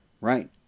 right